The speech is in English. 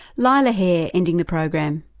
laila hare, ending the program.